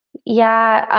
yeah.